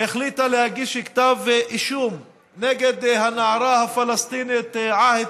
החליטה להגיש כתב אישום נגד הנערה הפלסטינית עהד